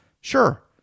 sure